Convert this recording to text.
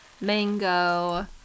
mango